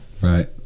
Right